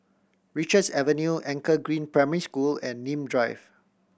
Richards Avenue Anchor Green Primary School and Nim Drive